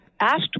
asked